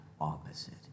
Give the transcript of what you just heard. opposite